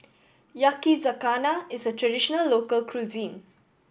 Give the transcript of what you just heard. yakizakana is a traditional local cuisine